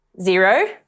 Zero